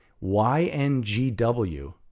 Y-N-G-W